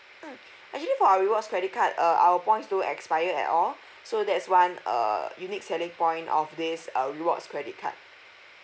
mm actually for our rewards credit card uh our points don't expire at all so that's one uh unique selling point of this uh rewards credit card